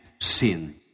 sin